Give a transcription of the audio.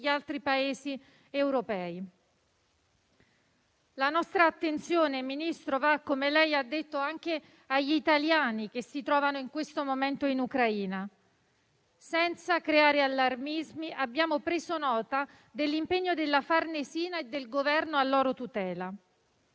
altri Paesi europei. La nostra attenzione, Ministro, va - come lei ha detto - anche agli italiani che si trovano in questo momento in Ucraina. Senza creare allarmismi, abbiamo preso nota dell'impegno della Farnesina e del Governo a loro tutela.